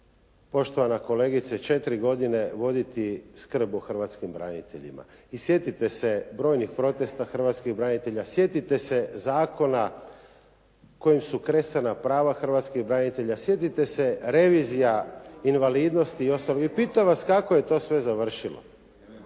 poštovana kolegice četiri godine voditi skrb o hrvatskim braniteljima i sjetite se brojnih protesta hrvatskih branitelja, sjetite se zakona kojim su kresana prava hrvatskih branitelja, sjetite se revizija invalidnosti i ostalog i pitam vas kako je to sve završilo?